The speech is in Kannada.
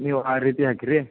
ನೀವು ಆ ರೀತಿ ಹಾಕ್ರಿ